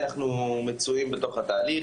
אנחנו גם מצויים בתוך התהליך.